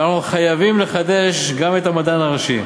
ואנחנו חייבים לחדש גם את המדען הראשי.